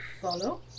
follow